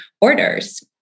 orders